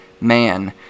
man